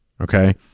Okay